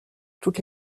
toutes